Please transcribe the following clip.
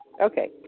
Okay